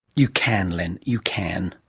you can, len. you can.